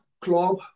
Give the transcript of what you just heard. club